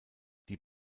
die